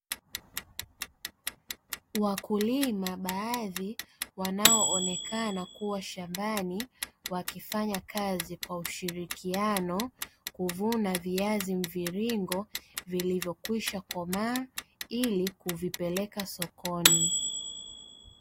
Wakulima baadhi wanaoonekana kuwa shambani, wakifanyakazi kwa ushirikiano kuvuna viazi mviringo, vilivyokwishakomaa ili kuvipeleka sokoni.